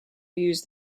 used